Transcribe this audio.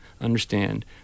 understand